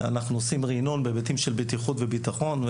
אנחנו עושים ריענון במקרים של בטיחות וביטחון.